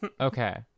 Okay